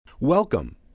Welcome